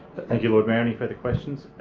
thank you lord mayor. any further questions?